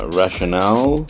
rationale